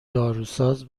داروساز